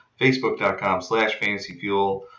Facebook.com/slash/FantasyFuel